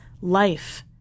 life